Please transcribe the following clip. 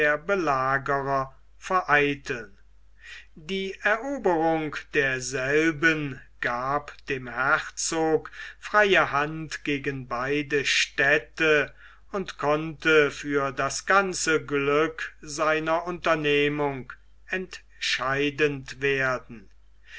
belagerer vereiteln die eroberung derselben gab dem herzoge freie hand gegen beide städte und konnte für das ganze glück seiner unternehmung entscheidend werden